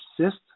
assist